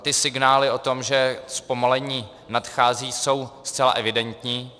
Ty signály o tom, že zpomalení nadchází, jsou zcela evidentní.